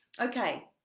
Okay